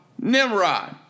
Nimrod